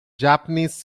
japanese